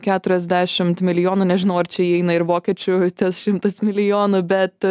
keturiasdešimt milijonų nežinau ar čia įeina ir vokiečių tas šimtas milijonų bet